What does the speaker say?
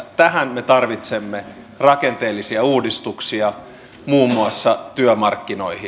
tähän me tarvitsemme rakenteellisia uudistuksia muun muassa työmarkkinoihin